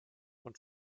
und